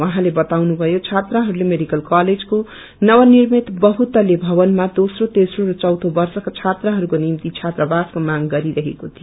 उहाँले बताउनुभयो छात्रहस्ले मेडिकल कलेजको नवनिर्मित बहु तल्ले भवनमा दोस्रो तेस्रो र खैँधे वर्षका छात्राहस्को निम्ति छात्रावासको मांग गरिरहेको थियो